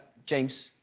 james,